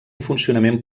funcionament